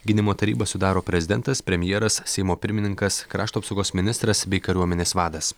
gynimo tarybą sudaro prezidentas premjeras seimo pirmininkas krašto apsaugos ministras bei kariuomenės vadas